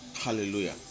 Hallelujah